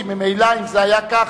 כי ממילא אם זה היה כך,